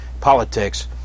politics